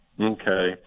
okay